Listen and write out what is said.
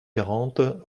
quarante